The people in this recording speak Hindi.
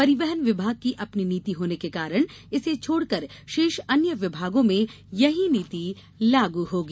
परिवहन विभाग की अपनी नीति होने के कारण इसे छोड़कर शेष अन्य विभागों में यही नीति लागू होगी